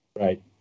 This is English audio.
Right